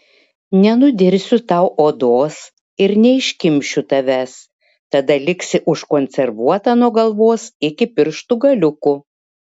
nenudirsiu tau odos ir neiškimšiu tavęs tada liksi užkonservuota nuo galvos iki pirštų galiukų